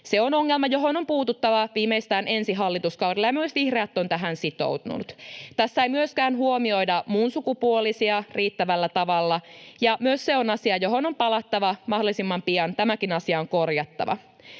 Se on ongelma, johon on puututtava viimeistään ensi hallituskaudella, ja myös vihreät ovat tähän sitoutuneet. Tässä ei myöskään huomioida muunsukupuolisia riittävällä tavalla, ja myös se on asia, johon on palattava mahdollisimman pian — tämäkin asia on korjattava.